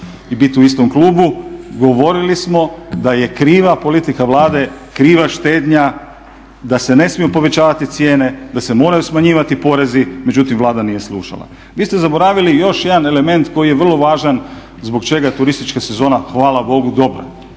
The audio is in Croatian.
i biti u istom klubu, govorili smo da je kriva politika Vlade, kriva štednja, da se ne smiju povećavati cijene, da se moraju smanjivati porezi, međutim Vlada nije slušala. Vi ste zaboravili još jedan element koji je vrlo važan zbog čega turistička sezona hvala Bogu je dobra.